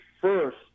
first